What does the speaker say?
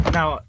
Now